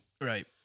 Right